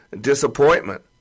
disappointment